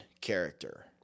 character